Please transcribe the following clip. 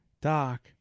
Doc